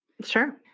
Sure